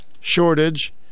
shortage